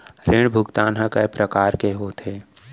ऋण भुगतान ह कय प्रकार के होथे?